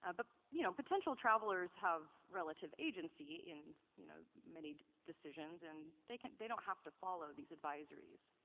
ah but you know potential travelers have relative agency in you know many decisions and they they don't have to follow these advisories.